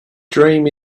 dream